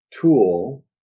tool